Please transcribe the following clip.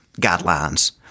guidelines